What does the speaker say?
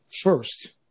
First